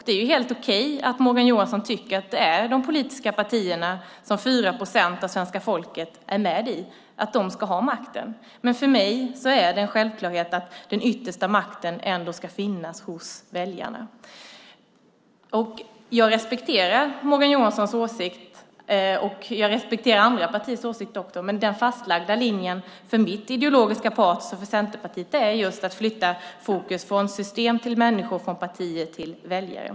Det är helt okej att Morgan Johansson tycker att det är de politiska partierna som 4 procent av svenska folket är med i som ska ha makten. Men för mig är det en självklarhet att den yttersta makten ändå ska finnas hos väljarna. Jag respekterar Morgan Johanssons åsikt. Jag respekterar andra partiers åsikter också. Men den fastlagda linjen för mitt ideologiska patos och för Centerpartiet är att flytta fokus från system till människor, från partiet till väljare.